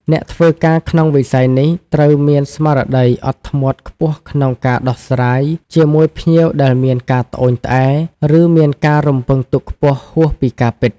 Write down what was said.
អ្នកធ្វើការក្នុងវិស័យនេះត្រូវមានស្មារតីអត់ធ្មត់ខ្ពស់ក្នុងការដោះស្រាយជាមួយភ្ញៀវដែលមានការត្អូញត្អែរ ឬមានការរំពឹងទុកខ្ពស់ហួសពីការពិត។